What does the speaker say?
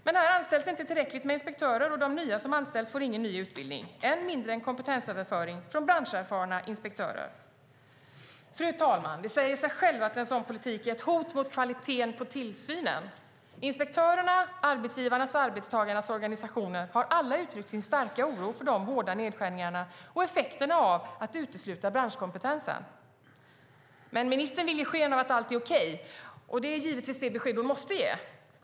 Men här anställs inte tillräckligt med inspektörer. Och de nya som anställs får ingen ny utbildning, än mindre kompetensöverföring från branscherfarna inspektörer. Fru talman! Det säger sig självt att en sådan politik är ett hot mot kvaliteten på tillsynen. Inspektörerna och arbetsgivarnas och arbetstagarnas organisationer har alla uttryckt sin starka oro för de hårda nedskärningarna och effekterna av att utesluta branschkompetensen. Men ministern vill ge sken av att allt är okej, och det är givetvis det besked hon måste ge.